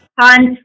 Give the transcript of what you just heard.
Concept